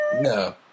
No